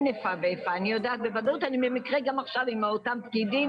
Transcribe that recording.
אני יודעת בוודאות שאין איפה ואיפה.